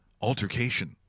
altercation